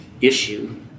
issue